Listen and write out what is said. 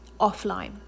offline